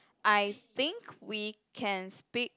I think we can speak